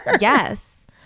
Yes